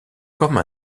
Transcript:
comme